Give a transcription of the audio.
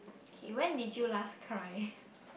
K when did you last cry